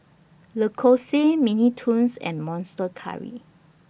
Lacoste Mini Toons and Monster Curry